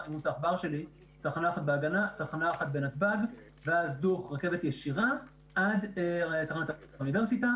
תחנה אחת בהגנה ותחנה אחת בנתב"ג ואז רכבת ישירה עד תחנת האוניברסיטה,